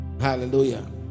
hallelujah